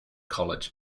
college